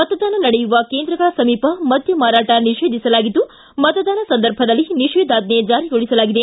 ಮತದಾನ ನಡೆಯುವ ಕೇಂದ್ರಗಳ ಸಮೀಪ ಮದ್ಯ ಮಾರಾಟ ನಿಷೇಧಿಸಲಾಗಿದ್ದು ಮತದಾನ ಸಂದರ್ಭದಲ್ಲಿ ನಿಷೇಧಾಜ್ಞೆ ಜಾರಿಗೊಳಿಸಲಾಗಿದೆ